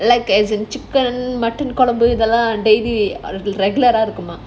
like as in chicken mutton குழம்பு இதெல்லாம் அவளுக்கு:kulambu idhellaam avaluku dairy all the regular ah இருக்குமாம்:irukumaam